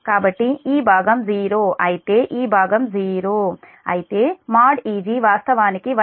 కాబట్టి ఈ భాగం 0 అయితే ఈ భాగం 0 అయితే|Eg | వాస్తవానికి 1